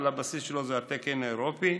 אבל הבסיס שלו זה התקן האירופי.